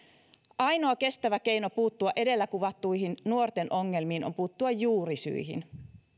ainoa kestävä keino puuttua edellä kuvattuihin nuorten ongelmiin on puuttua juurisyihin